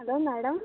hello madam